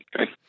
Okay